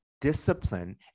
discipline